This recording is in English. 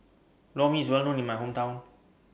Lor Mee IS Well known in My Hometown